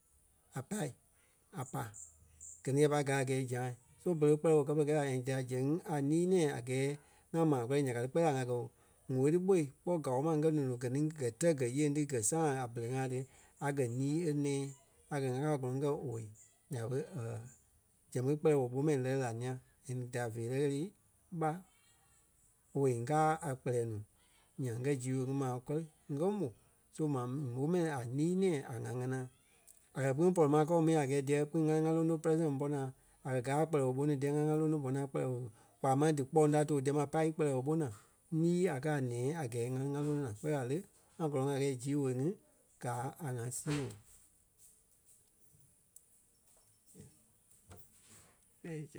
a pâi a pai. Gɛ ni ya pâi gaa a gɛɛ zã́a. So berei ɓé kpɛlɛɛ woo kɛ́ pere kɛɛ la and tela zɛŋ ŋí a lîi nɛ̃ɛ a gɛɛ ŋa maa kɔri ya ka ti. Kpɛɛ la ŋa kɔɔ woo ti ɓoi kpɔ́ gao ma ŋ́gɛ nono gɛ ni gɛ́ tɛ́ gɛ́ yeŋ ti sã́a a berei ŋai ti a gɛ́ lîi e nɛ̃ɛ. A gɛ́ ŋá kɛ́ a gɔlɔŋɔɔ ǹyɛɛ owei. Nya ɓé zɛŋ ɓé kpɛlɛɛ woo ɓó mɛni lɛ́lɛ la a ńîa. And ni da veerɛ ɣele ɓá. Owei ŋ́gaa a kpɛlɛɛ nuu nyaŋ ŋ́gɛ zii woo ŋí maa kɔri ŋ́gɛ mó so maa mó mɛni a lîi nɛ̃ɛ a ŋa ŋanaa. A kɛ̀ kpîŋ pɔri ma kɔɔ mi a gɛɛ díyɛ kpîŋ ŋa lí ŋá lóno President bɔ-naa a kɛ̀ gaa a kpɛlɛɛ woo ɓó nuu díyɛ ŋá lí ŋa lóno bɔ-naa kpɛlɛɛ woo su kpaa máŋ dí kpɔŋ da tòo díyɛ ma pai í kpɛlɛɛ woo ɓó naa lîi a kɛ̀ a nɛ̃ɛ a gɛɛ ŋá lí ŋá lóno naa. Kpɛɛ la le ŋa gɔ́lɔŋ a gɛɛ zii woo ŋí gaa a ŋa sii-woo.